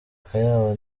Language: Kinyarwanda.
kayabo